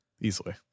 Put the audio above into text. easily